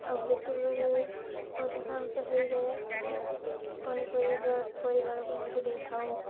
ଆଉ ଯେତେବେଳେ ଅଧିକା ଅଂଶ ହେଇଯାଏ କିଛି ପନିପରିବା ପରିବାରକୁ ମଧ୍ୟ ଦେଇଥାଉ